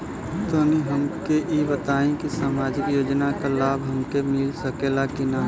तनि हमके इ बताईं की सामाजिक योजना क लाभ हमके मिल सकेला की ना?